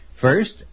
First